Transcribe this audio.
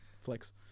flex